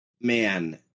man